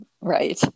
Right